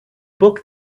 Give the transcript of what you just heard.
book